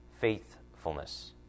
faithfulness